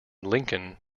lincoln